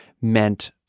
meant